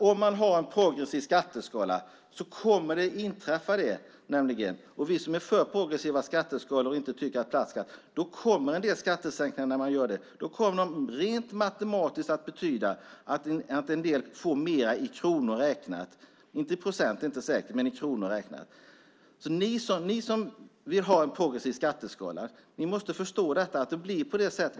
Om man har en progressiv skatteskala kommer en del skattesänkningar att rent matematiskt betyda att en del får mer, inte säkert i procent, men i kronor räknat. Ni som vill ha en progressiv skatteskala måste förstå att det blir på det sättet.